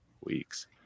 weeks